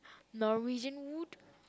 Norwegian Wood